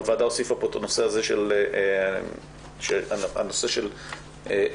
הוועדה הוסיפה פה שהנושא של בריאות